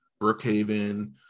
Brookhaven